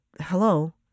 hello